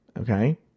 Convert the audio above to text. Okay